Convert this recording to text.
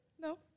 No